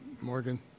morgan